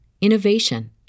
innovation